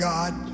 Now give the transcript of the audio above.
God